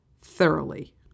thoroughly